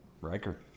Riker